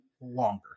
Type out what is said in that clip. longer